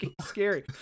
scary